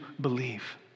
believe